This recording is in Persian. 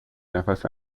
نفس